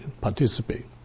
participate